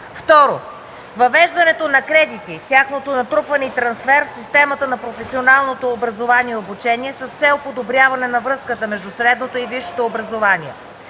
2. Въвеждането на кредити, тяхното натрупване и трансфер в системата на професионалното образование и обучение, с цел подобряване на връзката между средното и висшето образование.